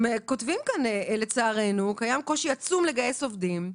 הם כותבים כאן: לצערנו קיים קושי עצום לגייס עובדים.